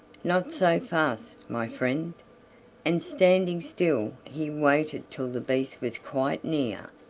not so fast, my friend and standing still he waited till the beast was quite near,